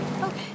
Okay